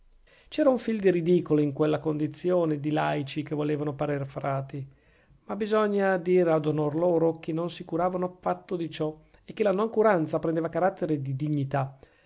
c'era un fil di ridicolo in quella condizione di laici che volevano parer frati ma bisogna dire ad onor loro che non si curavano affatto di ciò e che la noncuranza prendeva carattere di dignità